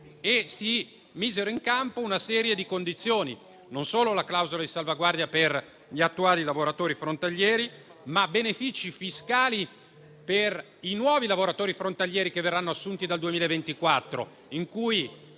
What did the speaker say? e si misero in campo una serie di condizioni, non solo la clausola di salvaguardia per gli attuali lavoratori frontalieri, ma benefici fiscali per i nuovi lavoratori frontalieri che verranno assunti dal 2024, che,